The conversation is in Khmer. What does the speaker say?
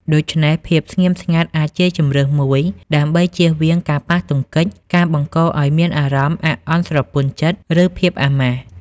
ដូច្នេះ ភាពស្ងៀមស្ងាត់អាចជាជម្រើសមួយ ដើម្បីជៀសវាងការប៉ះទង្គិច ការបង្កឱ្យមានអារម្មណ៍អាក់អន់ស្រពន់ចិត្ត ឬភាពអាម៉ាស់។